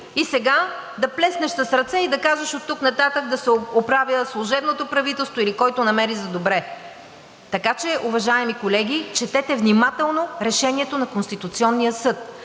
и сега да плеснеш с ръце и да кажеш: „Оттук нататък да се оправя служебното правителство или който намери за добре.“ Така че, уважаеми колеги, четете внимателно Решението на Конституционния съд.